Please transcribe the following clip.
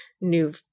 new